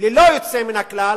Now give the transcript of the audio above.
ללא יוצא מן הכלל